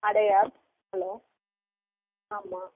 Adyar hello ஆமாம்